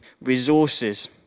resources